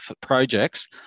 projects